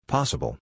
Possible